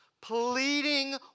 pleading